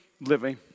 living